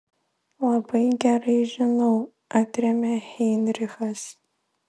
labai gerai žinau atrėmė heinrichas